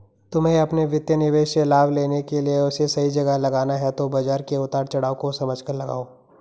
तुम्हे अपने वित्तीय निवेश से लाभ लेने के लिए उसे सही जगह लगाना है तो बाज़ार के उतार चड़ाव को समझकर लगाओ